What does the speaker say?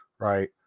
right